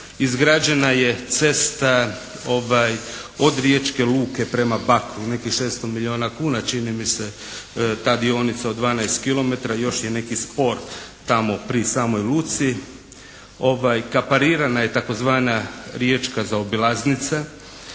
Izgrađena je cesta od Riječke luke prema Bakru, nekih 600 milijuna kuna čini mi se ta dionica od 12 km, još je neki spor tamo pri samoj luci. Kaparirana je tzv. Riječka zaobilaznica,